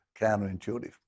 Counterintuitive